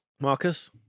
Marcus